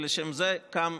ולשם זה קם